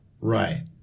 Right